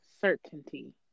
certainty